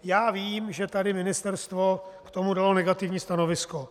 Já vím, že tady ministerstvo k tomu dalo negativní stanovisko.